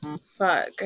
Fuck